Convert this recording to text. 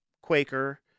Quaker